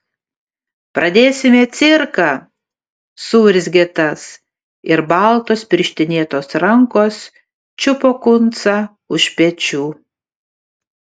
pradėsime cirką suurzgė tas ir baltos pirštinėtos rankos čiupo kuncą už pečių